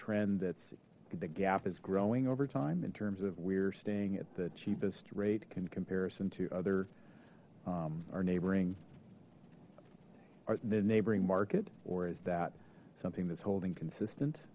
trend that's the gap is growing over time in terms of we're staying at the cheapest rate in comparison to other our neighboring or the neighboring market or is that something that's holding consistent